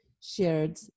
shared